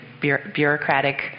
bureaucratic